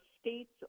states